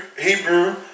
Hebrew